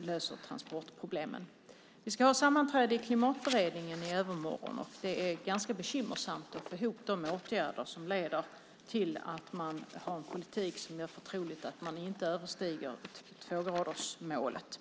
löser transportproblemen. Vi ska ha sammanträde i Klimatberedningen i övermorgon. Det är ganska bekymmersamt att få ihop de åtgärder som leder till att man har en politik som gör för troligt att man inte överstiger tvågradersmålet.